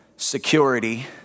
security